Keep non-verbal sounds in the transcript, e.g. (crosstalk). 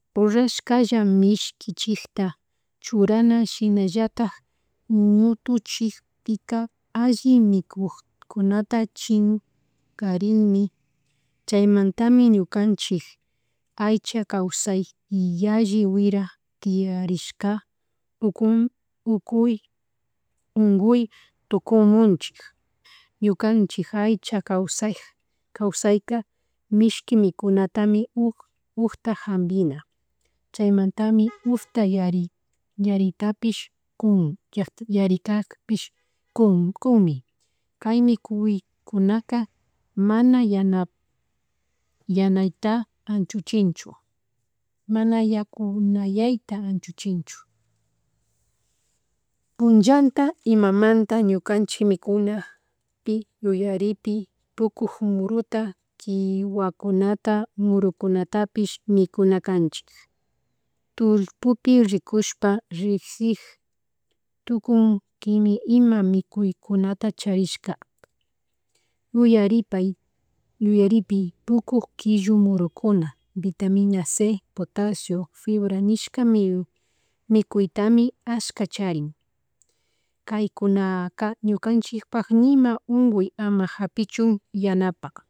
Chunka ishkilla charik wawapak wira illak wakra ñuñuta randinki ñukanchik mishki churashka kunata ama mikunki mishki illak ñuñumanta rurashpa (unintelligible) nishkata mikunki (hesitation) ashalla wirak charik ñuñumanta rurashka queso nushkata mikunki ñuñumanta rurashka mikuna mikuita mashna kutin mikunkishu puncha shina llatak kanchis punchapi mashna kutin tikmi ukka ñuñumanta rurashka mikunki punchanta kanchis punchata kinsa (hesitation) chushunki mana mikunki ima shina rikwi tukuni ñuka wawa ayarikaywan kashkata paipak ñawi mamapak muñiman kuchu yachik paypak shimita paskashpa paypak kalluta llushichin (noise) mana